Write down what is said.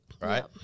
right